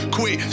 Quit